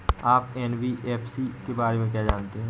आप एन.बी.एफ.सी के बारे में क्या जानते हैं?